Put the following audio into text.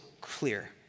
clear